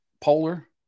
polar